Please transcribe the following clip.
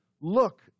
Look